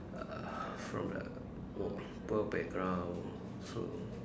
uh from the poor poor background so